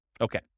Okay